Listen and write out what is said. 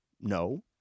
No